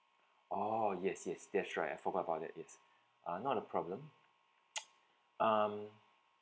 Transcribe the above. oh yes yes that's right I forgot about that yes uh not a problem um